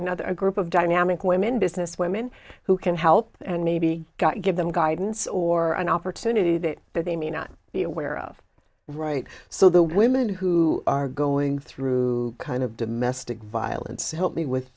another group of dynamic women business women who can help and maybe got give them guidance or an opportunity that they may not be aware of right so the women who are going through kind of domestic violence help me with